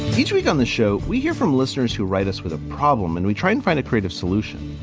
each week on the show, we hear from listeners who write us with a problem and we try and find a creative solution.